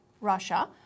Russia